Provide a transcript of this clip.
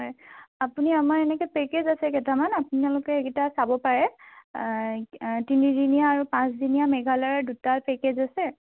হয় আপুনি আমাৰ এনেকৈ পেকেজ আছে কেইটামান আপোনালোকে এইকেইটা চাব পাৰে তিনি দিনীয়া আৰু পাঁচ দিনীয়া মেঘালয়ৰ দুটা পেকেজ আছে